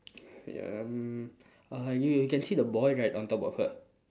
um uh you can see the boy right on top of her